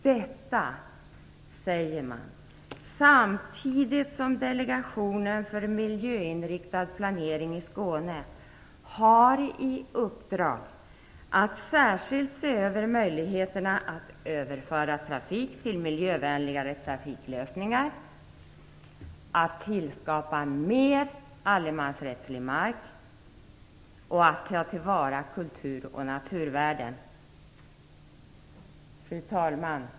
Detta säger man samtidigt som Delegationen för miljöinriktad planering i Skåne har i uppdrag att särskilt se över möjligheterna att överföra trafik till miljövänligare trafiklösningar, att tillskapa mer allemansrättslig mark och att ta till vara kulturoch naturvärden. Fru talman!